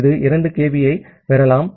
ஆகவே இது மேலும் 2 kB ஐப் தரவைப் பெறலாம்